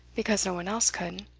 because no one else could.